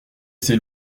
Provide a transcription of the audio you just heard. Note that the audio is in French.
c’est